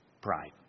Pride